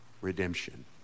redemption